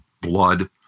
blood